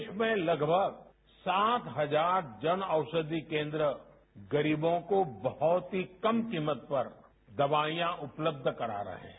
देश में लगभग सात हजार जन औषधि केन्द्र गरीबों को बहुत ही कम कीमत पर दवाईयां उपलब्ध करा रहा है